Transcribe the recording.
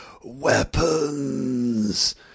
weapons